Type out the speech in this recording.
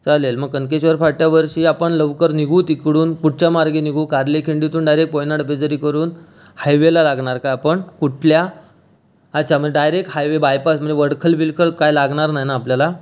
चालेल म कनकेश्वर फाट्यावरशी आपण लवकर निघू तिकडून कुठच्या मार्गे निघू कार्ले खिंडीतून डायरेक्ट कोयना डबेझरी करून हायवेला लागणार का आपण कुठल्या अच्छा मग डायरेक्ट हायवे बायपास म्हणजे वडखल बिढकल काय लागणार नाय ना आपल्याला